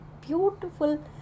beautiful